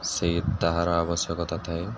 ସେ ତାହାର ଆବଶ୍ୟକତା ଥାଏ